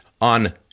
on